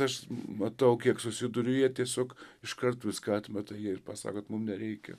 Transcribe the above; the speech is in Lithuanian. aš matau kiek susiduriu jie tiesiog iškart viską atmeta ir pasako kad mum nereikia